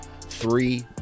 three